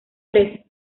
tres